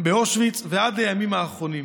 באושוויץ ועד לימים האחרונים.